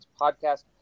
podcast